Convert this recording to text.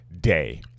day